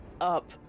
up